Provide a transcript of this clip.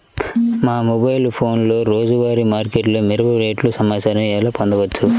మా మొబైల్ ఫోన్లలో రోజువారీ మార్కెట్లో మిరప రేటు సమాచారాన్ని ఎలా పొందవచ్చు?